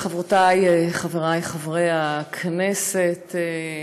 חברותי וחברי חברי הכנסת,